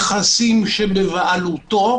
נכס שחל עליו שעבוד צף או נכס הכפוף לשימור בעלות,